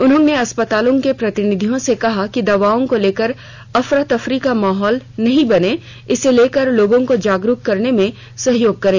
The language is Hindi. उन्होंने अस्पतालों के प्रतिनिधियों से कहा कि दवाओं को लेकर अफरा तफरी का माहौल नहीं बने इसे लेकर लोगों को जागरूक करने में सहयोग करें